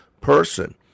person